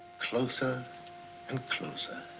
closer and closer.